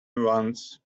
once